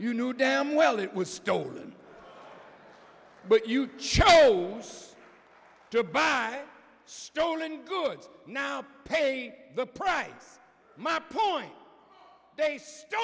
you knew damn well it was stolen but you chose to buy stolen goods now pay the price my point